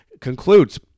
concludes